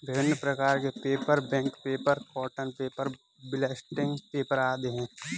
विभिन्न प्रकार के paper, bank paper, cotton paper, blotting paper आदि हैं